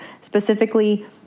specifically